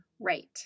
Right